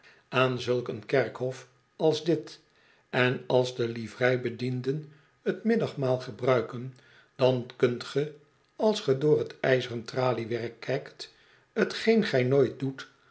aan zulk een kerkhof als dit en als de livreibedienden t middagmaal gebruiken dan kunt ge als ge door t ijzeren traliewerk kijkt t geen gij nooit doet